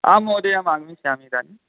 आम् महोदय अहम् आगमिष्यामि इदानीम्